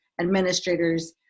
administrators